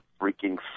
freaking